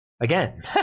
again